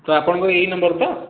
ତ ଆପଣଙ୍କର ଏହି ନମ୍ବର୍ ତ